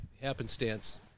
happenstance